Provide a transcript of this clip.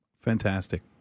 Fantastic